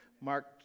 Mark